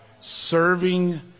Serving